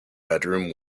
bedroom